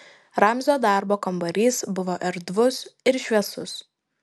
ramzio darbo kambarys buvo erdvus ir šviesus